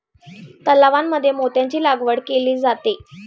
तलावांमध्ये मोत्यांची लागवड केली जाते